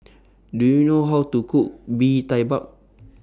Do YOU know How to Cook Bee Tai Bak